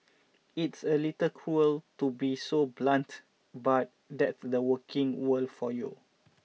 it's a little cruel to be so blunt but that's the working world for you